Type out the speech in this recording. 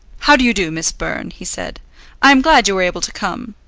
how do you do, miss byrne, he said i am glad you were able to come.